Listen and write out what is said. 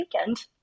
weekend